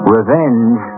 Revenge